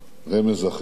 רמז אחר,